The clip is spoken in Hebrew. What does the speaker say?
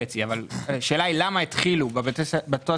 מטרים אבל השאלה הייתה למה התחילו בביטחוניים.